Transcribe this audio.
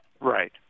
Right